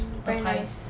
very nice